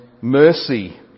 mercy